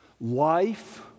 Life